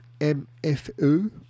MFE